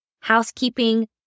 housekeeping